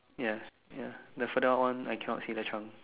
ya ya the further out one I cannot see the chunk